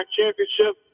championship